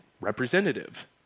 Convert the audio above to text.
representative